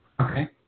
Okay